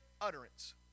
utterance